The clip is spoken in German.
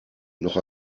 noch